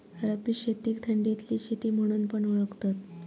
रब्बी शेतीक थंडीतली शेती म्हणून पण ओळखतत